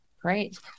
Great